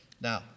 Now